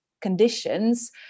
conditions